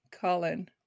Colin